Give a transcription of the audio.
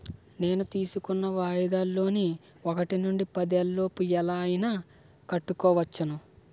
నేను తీసుకున్న వాయిదాల లోన్ ఒకటి నుండి పదేళ్ళ లోపు ఎలా అయినా కట్టుకోవచ్చును